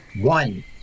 One